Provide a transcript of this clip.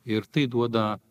ir tai duoda